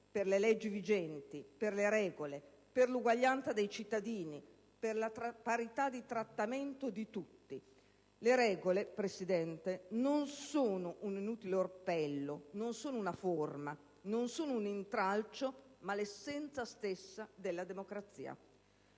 per le leggi vigenti, per le regole, per l'uguaglianza dei cittadini, per la parità di trattamento di tutti. Le regole, Presidente, non sono un inutile orpello, non sono una forma, un intralcio, ma l'essenza stessa della democrazia.